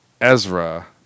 Ezra